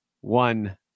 one